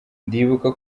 ndibuka